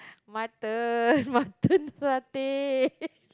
mutton mutton satay